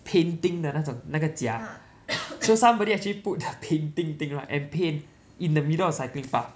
painting 的那种那个架 so somebody actually put the painting thing right and paint in the middle of cycling path